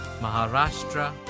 Maharashtra